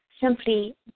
simply